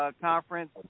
conference